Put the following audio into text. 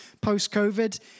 post-COVID